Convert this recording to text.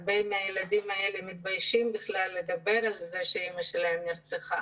הרבה מהילדים האלה מתביישים לדבר על זה שאימא שלהם נרצחה